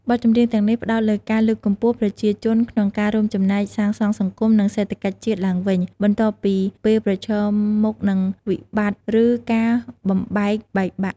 បទចម្រៀងទាំងនេះ ផ្តោតលើការលើកកម្ពស់ ប្រជាជនក្នុងការរួមចំណែកសាងសង់សង្គម និងសេដ្ឋកិច្ចជាតិឡើងវិញ បន្ទាប់ពីពេលប្រឈមមុខនឹងវិបត្តិ ឬការបំបែកបែកបាក់។